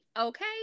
Okay